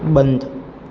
બંધ